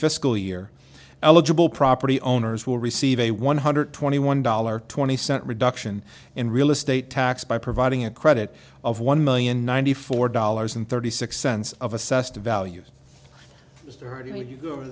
fiscal year eligible property owners will receive a one hundred twenty one dollar twenty cent reduction in real estate tax by providing a credit of one million ninety four dollars and thirty six cents of assessed value